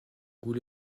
goût